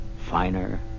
finer